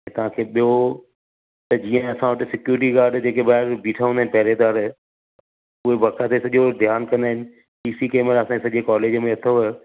तव्हां खे ॿियो त जीअं असां वटि सिक्योरिटी गार्ड जेेके ॿाहिरि बीठा हूंदा आहिनि पहरेदार उहे बाक़ायदा सॼो ध्यानु कंदा आहिनि सी सी कैमरा असांजे सॼे कॉलेज में अथव